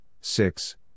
six